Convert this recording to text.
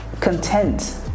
content